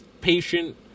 patient